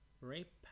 Rape